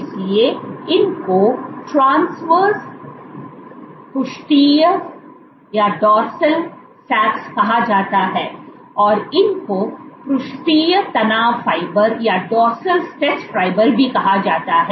इसलिए इन को ट्रांसवर्स पृष्ठीय चाप कहा जाता है और इन को पृष्ठीय तनाव फाइबर कहा जाता है